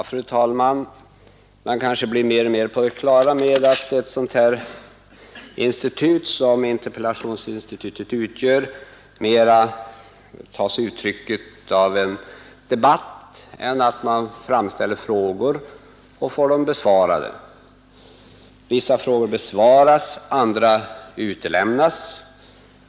Fru talman! Man blir mer och mer på det klara med att det instrument som interpellationsinstitutet utgör mera tar sig uttryck i en debatt än i att man framställer frågor och får dem besvarade. Vissa frågor besvaras, andra utelämnas.